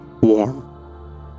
Warm